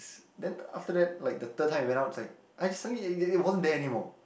oh this is then after that like the third time we went out it's like I just suddenly it it wasn't there anymore